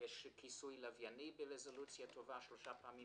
כיסוי לווייני ברזולוציה טובה 3 פעמים